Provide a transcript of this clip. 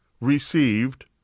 received